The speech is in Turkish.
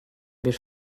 bir